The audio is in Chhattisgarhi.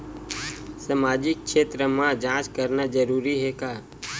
सामाजिक क्षेत्र म जांच करना जरूरी हे का?